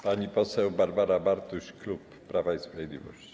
Pani poseł Barbara Bartuś, klub Prawo i Sprawiedliwość.